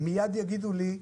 מיד יגידו לי: